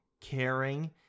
caring